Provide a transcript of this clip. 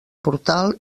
portal